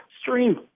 stream